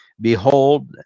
behold